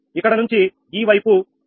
ఇక్కడ నుంచి ఈ వైపు ఈ వైపు అవునా